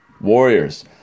Warriors